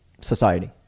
society